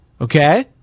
Okay